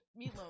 meatloaf